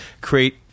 create